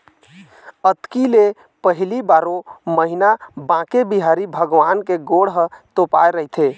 अक्ती ले पहिली बारो महिना बांके बिहारी भगवान के गोड़ ह तोपाए रहिथे